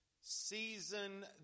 season